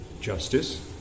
justice